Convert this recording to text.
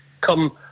come